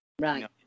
right